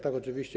Tak, oczywiście.